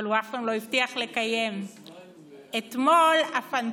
אבל הוא אף פעם לא הבטיח לקיים.